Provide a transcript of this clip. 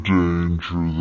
danger